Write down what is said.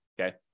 okay